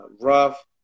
rough